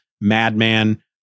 madman